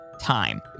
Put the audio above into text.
time